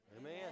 Amen